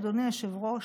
אדוני היושב-ראש,